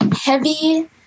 heavy